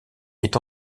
est